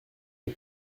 est